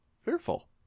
Fearful